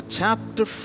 chapter